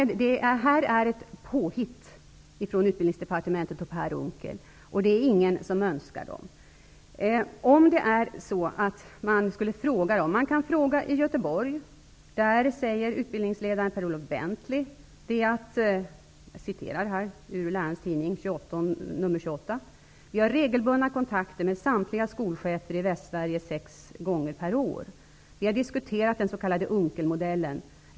Detta är ett påhitt från utbildningsdepartementet och Per Unckel. Vi har regelbundna kontakter med samtliga skolchefer i Västsverige sex gånger per år. Vi har diskuterat den s.k. Unckelmodellen.